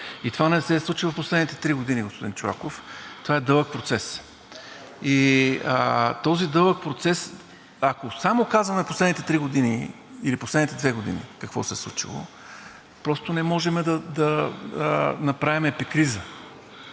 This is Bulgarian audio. И това не се е случило в последните три години, господин Чолаков, това е дълъг процес. И този дълъг процес, ако само казваме последните три години или последните две години какво се е случило, просто не можем да направим епикриза,